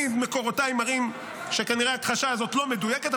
מקורותיי מראים שכנראה ההכחשה הזאת לא מדויקת,